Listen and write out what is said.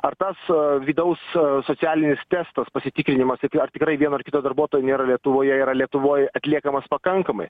ar tas vidaus socialinis testas pasitikrinimas ar tikrai vieno ar kito darbuotojo nėra lietuvoje yra lietuvoje atliekamas pakankamai